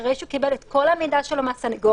אחרי שהוא קיבל את כל המידע שלו מהסנגור,